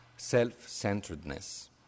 Self-centeredness